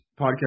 podcast